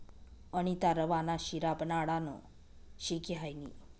अनीता रवा ना शिरा बनाडानं शिकी हायनी